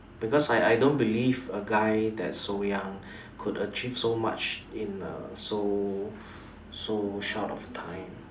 because I I don't believe a guy that's so young could achieve so much in a so so short of time